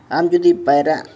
ᱟᱢ ᱡᱩᱫᱤ ᱯᱟᱭᱨᱟᱜ